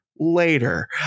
Later